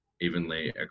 evenly